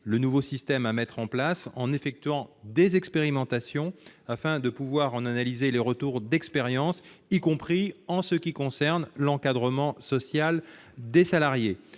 le nouveau système à mettre en place en effectuant des expérimentations afin de pouvoir en analyser les retours, y compris en ce qui concerne l'encadrement social des salariés.